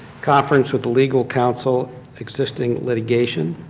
conference with legal counsel existing litigation,